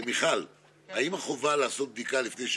סוציאלי רחבה יותר לבעלי ההכנסות הנמוכות.